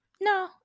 No